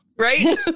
right